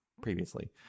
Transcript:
previously